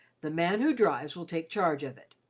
the man who drives will take charge of it.